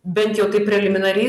bent jau taip preliminariai